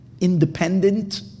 independent